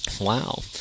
Wow